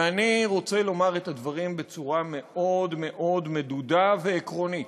ואני רוצה לומר את הדברים בצורה מאוד מאוד מדודה ועקרונית,